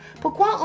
pourquoi